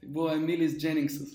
buvo emilis dženinksas